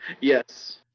Yes